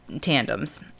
tandems